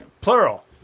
plural